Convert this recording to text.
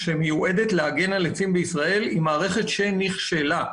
שמיועדת להגן על עצים בישראל היא מערכת שנכשלה.